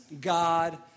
God